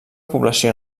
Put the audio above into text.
població